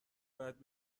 باید